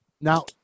Now